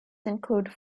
include